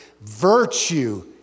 virtue